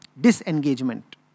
disengagement